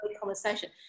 conversation